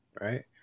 right